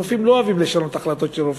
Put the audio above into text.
רופאים לא אוהבים לשנות החלטות של רופאים.